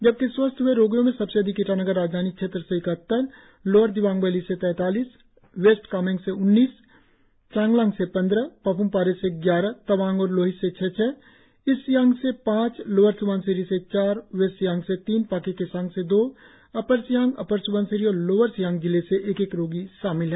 जबकि स्वस्थ हए रोगियों में सबसे अधिक ईटानगर राजधानी क्षेत्र से इकहत्तर लोअर दिबांग वैली से तैतालीस वेस्ट कामेंग से उन्नीस चांगलांग से पंद्रह पाप्मपारे से ग्यारह तवांग और लोहित से छह छह ईस्ट सियांग से पांच लोअर स्बनसिरी से चार वेस्ट सियांग से तीन पाक्के केसांग से दो अपर सियांग अपर स्बनसिरी और लोअर सियांग जिले से एक एक रोगी शामिल है